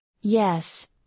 Yes